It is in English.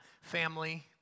family